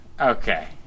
Okay